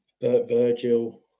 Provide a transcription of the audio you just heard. Virgil